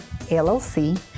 LLC